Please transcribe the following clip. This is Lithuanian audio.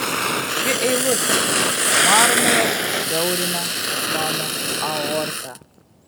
ši eilutė marmuras siaurina mano aortą